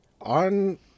on